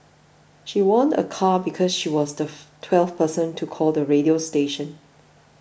she won a car because she was the twelfth person to call the radio station